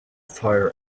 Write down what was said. fire